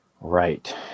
Right